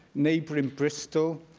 neighbouring bristol,